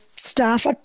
Staff